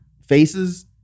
faces